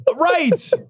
Right